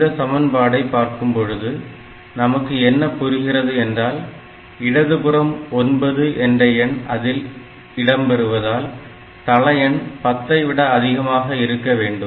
இந்த சமன்பாடை பார்க்கும்பொழுது நமக்கு என்ன புரிகிறது என்றால் இடதுபுறம் 9 என்ற எண் அதில் இடம்பெறுவதால் தளஎண் 10 ஐ விட அதிகமாக இருக்க வேண்டும்